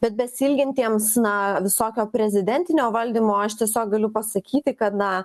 bet besiilgintiems na visokio prezidentinio valdymo aš tiesiog galiu pasakyti kad na